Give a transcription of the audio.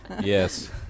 yes